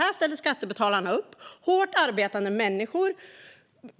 Här ställer skattebetalarna - hårt arbetande människor,